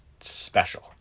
special